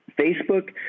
Facebook